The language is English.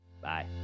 Bye